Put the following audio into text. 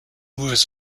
was